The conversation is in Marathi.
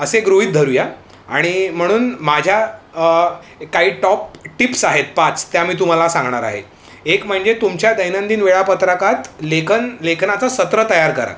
असे गृहित धरूया आणि म्हणून माझ्या काही टॉप टिप्स आहेत पाच त्या मी तुम्हाला सांगणार आहे एक म्हणजे तुमच्या दैनंदिन वेळापत्रकात लेखन लेखनाचं सत्र तयार करा